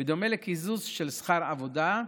בדומה לקיזוז של שכר עבודה,